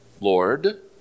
Lord